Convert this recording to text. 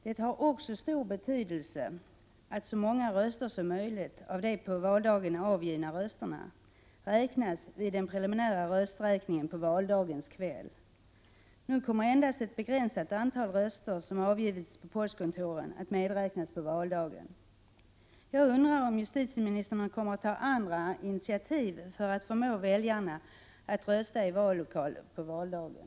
Det har också stor betydelse att så många som möjligt av de på valdagen avgivna rösterna räknas vid den preliminära rösträkningen på valdagens kväll. Som förhållandet är nu kommer endast ett begränsat antal röster som avgivits på postkontoren att medräknas på valdagen.